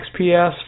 XPS